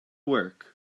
work